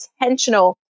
intentional